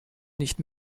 nicht